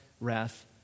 wrath